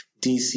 DC